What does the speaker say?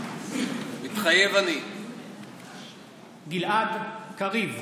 מתחייב אני גלעד קריב,